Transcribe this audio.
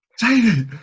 Jamie